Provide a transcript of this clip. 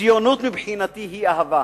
ציונות, מבחינתי, היא אהבה.